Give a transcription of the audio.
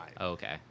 Okay